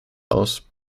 aus